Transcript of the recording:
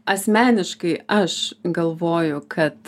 asmeniškai aš galvoju kad